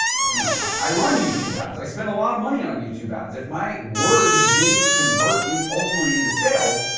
you know, i run youtube ads, i spend a lot of money on youtube ads. if my words didn't convert and ultimately into sales,